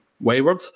wayward